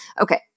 Okay